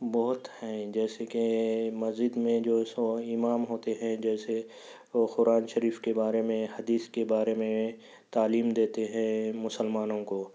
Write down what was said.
بہت ہیں جیسے کہ مسجد میں جو سو اِمام ہوتے ہیں جیسے قرآن شریف کے بارے میں حدیث کے بارے میں تعلیم دیتے ہیں مسلمانوں کو